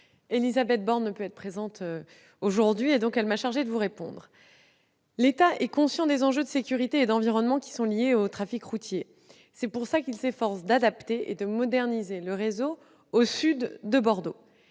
Élisabeth Borne ne pouvant être présente ce matin, elle m'a chargée de vous répondre. L'État est conscient des enjeux de sécurité et d'environnement liés au trafic routier. C'est pour cela qu'il s'efforce d'adapter et de moderniser le réseau au sud de Bordeaux.